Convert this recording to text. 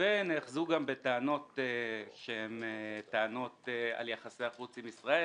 ונאחזו גם בטענות שהם טענות על יחסי החוץ עם ישראל.